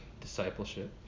discipleship